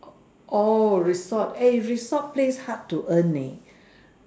oh resort eh resort place hard to earn leh